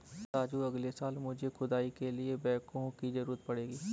राजू अगले साल मुझे खुदाई के लिए बैकहो की जरूरत पड़ेगी